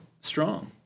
strong